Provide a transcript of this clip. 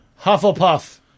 Hufflepuff